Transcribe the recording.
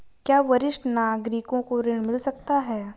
क्या वरिष्ठ नागरिकों को ऋण मिल सकता है?